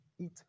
Eat